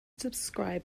described